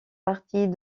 partie